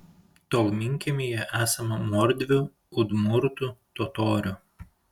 tolminkiemyje esama mordvių udmurtų totorių